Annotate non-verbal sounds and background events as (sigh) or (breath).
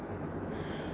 (breath)